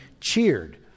cheered